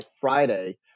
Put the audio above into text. Friday